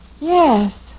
Yes